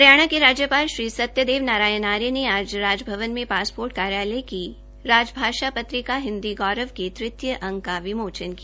हरियाणा के राज्यपाल श्री सत्यदेव नारायाण आर्य ने आज राजभवन में पासपोर्ट कार्यालय राजभाषा पत्रिका हिन्दी गौरव के तृतीय अंक का विमोचन किया